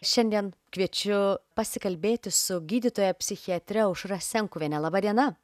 šiandien kviečiu pasikalbėti su gydytoja psichiatre aušra senkuviene laba diena